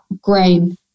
grain